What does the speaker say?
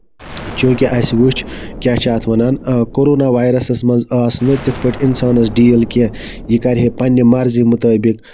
چوٗنکہِ اَسہِ وٕچھ کیاہ چھِ یَتھ وَنان کَرونا وایرَسس منٛز ٲسۍ نہٕ اِنسانَس تِتھۍ پٲٹھۍ ڈیٖل کیٚنہہ یہِ کرِہے پَنٕنہِ مَرضی مُطٲبِق